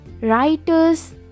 writers